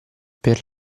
per